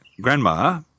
grandma